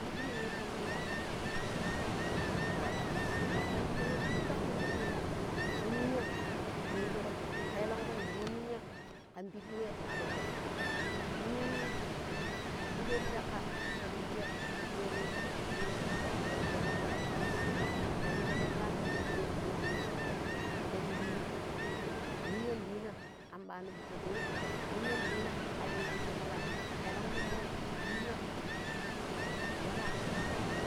﻿Diiji ninya ti kupira walla, yambayina we dakkam ti kupira mu ninya nluna ti kui, kelenkui yimo ninya kan piɗi wai a dokkum munu gbodde ti shakka shammo diya, an diyani ti ku piɗi wa mundi ɓaano we kelonkui yiimoni yamba yiina shakka ti shakki loo shikni ta shirimni ninya ndina an ɓaano piɗi ku wei ninya ndina kan yumo shin wala kelenku moi ninya wala